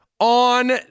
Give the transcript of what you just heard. on